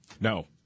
No